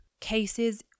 cases